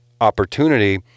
opportunity